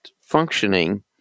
functioning